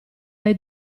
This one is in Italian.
dai